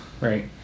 right